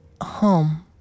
home